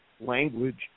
language